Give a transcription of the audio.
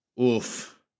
Oof